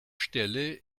stelle